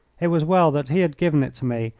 it was well that he had given it to me,